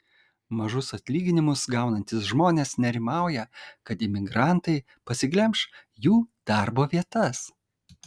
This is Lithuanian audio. mažus atlyginimus gaunantys žmonės nerimauja kad imigrantai pasiglemš jų darbo vietas